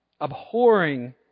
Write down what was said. abhorring